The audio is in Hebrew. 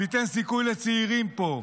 ניתן סיכוי לצעירים פה.